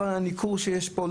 לא על הניכור שיש פה,